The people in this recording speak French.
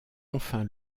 enfin